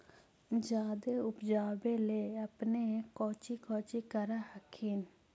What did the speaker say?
जादे उपजाबे ले अपने कौची कौची कर हखिन?